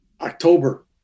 October